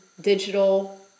digital